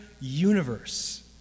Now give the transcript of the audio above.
universe